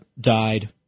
died